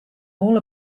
all